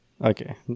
Okay